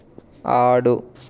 ఆడు